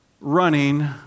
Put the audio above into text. running